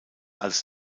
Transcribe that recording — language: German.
als